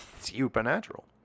supernatural